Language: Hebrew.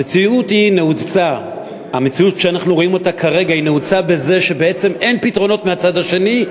המציאות שאנחנו רואים כרגע נעוצה בזה שבעצם אין פתרונות מהצד השני,